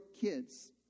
kids